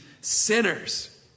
sinners